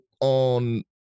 on